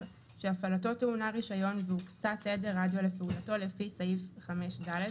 שהפעלתו טעונה רישיון והוקצה תדר רדיו לפעולתו לפי סעיף 5 ד'